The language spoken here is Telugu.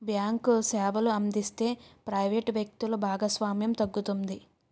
బ్యాంకు సేవలు అందిస్తే ప్రైవేట్ వ్యక్తులు భాగస్వామ్యం తగ్గుతుంది